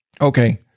Okay